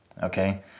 Okay